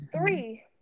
three